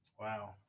Wow